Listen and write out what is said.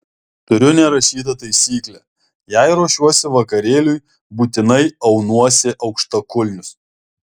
turiu nerašytą taisyklę jei ruošiuosi vakarėliui būtinai aunuosi aukštakulnius